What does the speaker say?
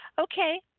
okay